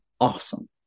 awesome